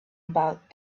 about